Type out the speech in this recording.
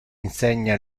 insegna